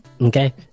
okay